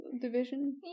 division